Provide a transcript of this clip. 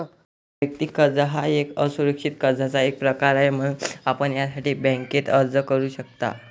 वैयक्तिक कर्ज हा एक असुरक्षित कर्जाचा एक प्रकार आहे, म्हणून आपण यासाठी बँकेत अर्ज करू शकता